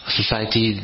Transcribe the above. society